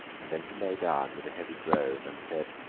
and then he lay down with a heavy groan, and said,